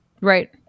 Right